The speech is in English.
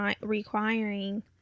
requiring